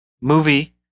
movie